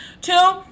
Two